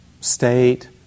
state